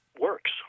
works